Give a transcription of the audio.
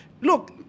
Look